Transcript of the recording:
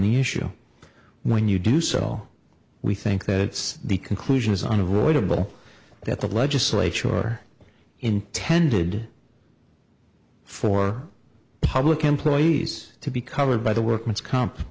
the issue when you do so we think that the conclusion is unavoidable that the legislature intended for public employees to be covered by the workman's comp